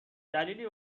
دلیلی